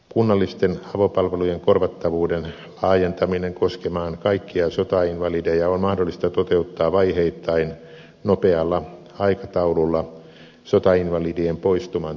kunnallisten avopalvelujen korvattavuuden laajentaminen koskemaan kaikkia sotainvalideja on mahdollista toteuttaa vaiheittain nopealla aikataululla sotainvalidien poistuman tuomilla säästöillä